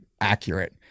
accurate